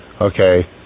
okay